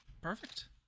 Perfect